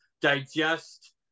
digest